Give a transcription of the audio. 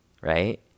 right